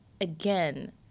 again